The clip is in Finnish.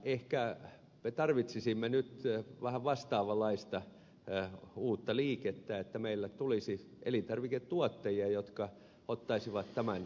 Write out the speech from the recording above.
ehkä me tarvitsisimme nyt vähän vastaavanlaista uutta liikettä että meillä tulisi elintarviketuottajia jotka ottaisivat tämän kilpailuvaltikseen